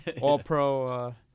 all-pro